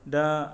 दा